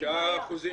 כשיש איזושהי בעיה.